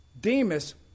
Demas